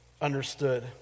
understood